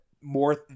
more